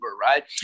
right